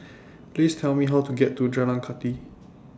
Please Tell Me How to get to Jalan Kathi